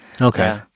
Okay